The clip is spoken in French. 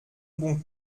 bon